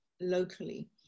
locally